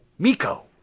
miko!